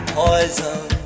poison